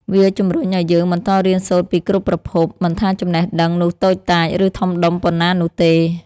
វាជំរុញឲ្យយើង បន្តរៀនសូត្រពីគ្រប់ប្រភព មិនថាចំណេះដឹងនោះតូចតាច ឬធំដុំប៉ុណ្ណានោះទេ។